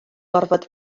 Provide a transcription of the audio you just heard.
gorfod